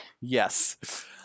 Yes